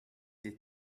the